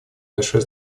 большое